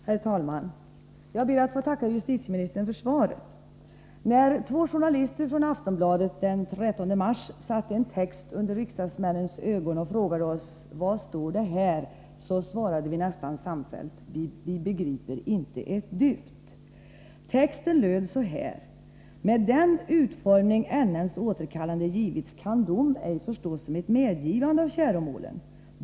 Herr talman! Jag ber att få tacka justitieministern för svaret. När två journalister från Aftonbladet den 13 mars satte en text under riksdagsmännens ögon och frågade ”Vad står det här?” , svarade vi nästan samfällt: ”Vi begriper inte ett dyft.” Texten löd så här: ”Med den utformning NN:s återkallande givits kan dom ej förstås som ett medgivande av käromålen.